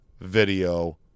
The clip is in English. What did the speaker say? video